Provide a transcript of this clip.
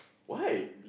why